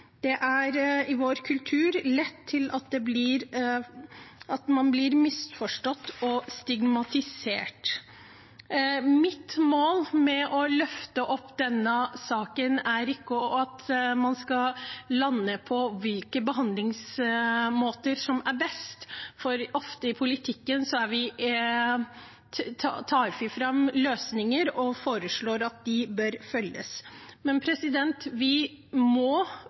I vår kultur blir man lett misforstått og stigmatisert. Mitt mål med å løfte opp denne saken er ikke at man skal lande på hvilke behandlingsmåter som er best. I politikken tar vi ofte fram løsninger og foreslår at de bør følges. Vi må behandle denne pasientgruppen bedre, og vi må